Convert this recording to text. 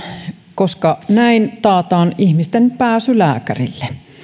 koska näin taataan ihmisten pääsy lääkärille